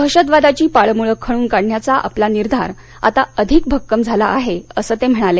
दहशतवादाची पाळंमुळं खणून काढण्याचा आपला निर्धार आता अधिक भक्कम झाला आहे असं ते म्हणाले